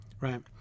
right